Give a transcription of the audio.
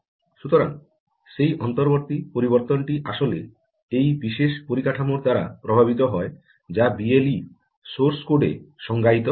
সুতরাং সেই অন্তর্বর্তী পরিবর্তনটি আসলে এই বিশেষ কাঠামোর দ্বারা প্রভাবিত হয় যা বিএলই সোর্স কোডে সংজ্ঞায়িত হয়